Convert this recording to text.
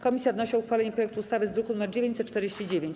Komisja wnosi o uchwalenie projektu ustawy z druku nr 949.